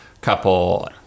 couple